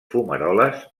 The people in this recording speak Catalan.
fumaroles